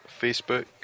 Facebook